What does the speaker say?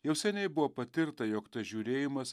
jau seniai buvo patirta jog tas žiūrėjimas